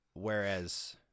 Whereas